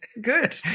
Good